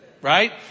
right